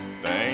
Thank